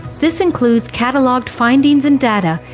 this includes catalogued findings and data,